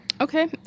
Okay